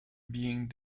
being